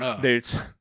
dudes